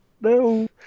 No